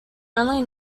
only